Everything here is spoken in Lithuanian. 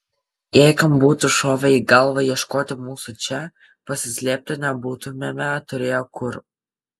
jei kam būtų šovę į galvą ieškoti mūsų čia pasislėpti nebebūtumėme turėję kur